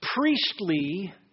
priestly